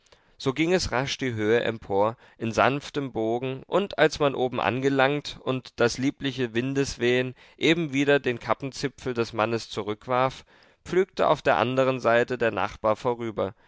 so ging es rasch die höhe empor in sanftem bogen und als man oben angelangt und das liebliche windeswehen eben wieder den kappenzipfel des mannes zurückwarf pflügte auf der anderen seite der nachbar vorüber